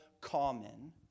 common